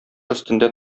өстендә